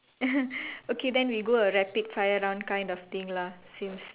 okay then we go a rapid fire round kind of thing lah since